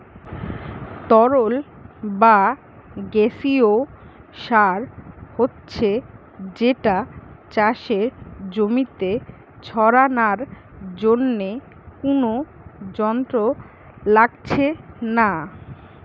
তরল বা গেসিও সার হচ্ছে যেটা চাষের জমিতে ছড়ানার জন্যে কুনো যন্ত্র লাগছে না